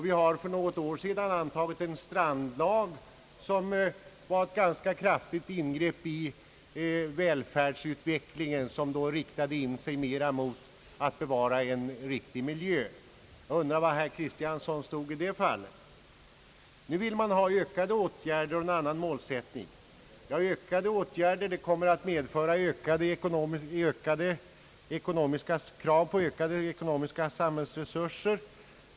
Vi har för något år sedan antagit en strandlag som innebar ett ganska kraftigt ingrepp i välfärdsutvecklingen, som då riktades in mera på att bevara en riktig miljö. Jag undrar var herr Kristiansson stod i det fallet? Nu vill man ha ytterligare åtgärder och en annan målsättning. Ytterligare åtgärder kommer att medföra krav på ökade sambhällsresurser.